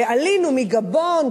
עלינו מגבון,